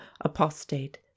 apostate